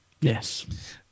Yes